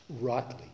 Rightly